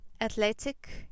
athletic